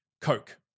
Coke